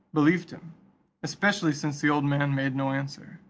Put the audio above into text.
believed him especially since the old man made no answer.